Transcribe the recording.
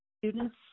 Students